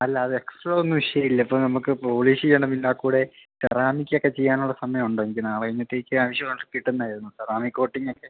അല്ല അത് എക്സ്ട്രാ ഒന്നും വിഷയമില്ല ഇപ്പോൾ നമ്മൾക്ക് പോളിഷ് ചെയ്യണം എന്നാൽക്കൂടി സെറാമിക്കൊക്കെ ചെയ്യാനുള്ള സമയം ഉണ്ടോ എനിക്ക് നാളെ കഴിഞ്ഞിട്ട് എനിക്കാവിശ്യം ഉണ്ട് കിട്ടണമായിരുന്നു സെറാമിക് കോട്ടിംഗൊക്കെ